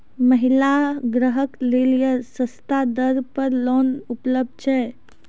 महिला ग्राहक लेली सस्ता दर पर लोन उपलब्ध छै?